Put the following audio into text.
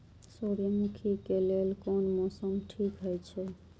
सूर्यमुखी के लेल कोन मौसम ठीक हे छे?